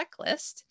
checklist